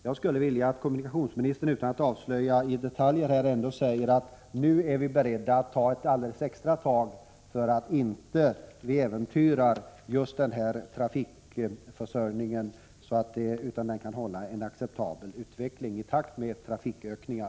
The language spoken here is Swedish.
Jag skulle vilja att kommunikationsministern, utan att avslöja detaljer, nu säger att han är beredd att ta extra tag för att just denna trafikförsörjning inte skall äventyras och så att utvecklingen blir acceptabel och i takt med trafikökningen.